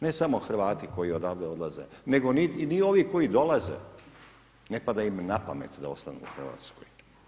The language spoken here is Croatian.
Ne samo Hrvati koji odavde odlaze, nego ni ovi koji dolaze, ne pada im na pamet da ostanu u Hrvatskoj.